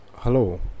hello